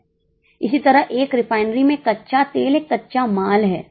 इसी तरह एक रिफाइनरी में कच्चा तेल एक कच्चा माल है